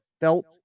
felt